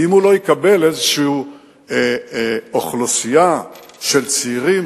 ואם הוא לא יקבל אוכלוסייה כלשהי של צעירים,